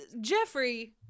Jeffrey